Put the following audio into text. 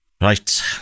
Right